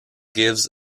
gives